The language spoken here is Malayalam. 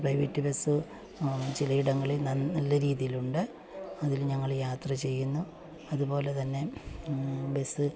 പ്രൈവറ്റ് ബസ്സ് ചിലയിടങ്ങളിൽ നല്ല രീതിയിലുണ്ട് അതിൽ ഞങ്ങള് യാത്ര ചെയ്യുന്നു അത്പോലെ തന്നെ ബസ്സ്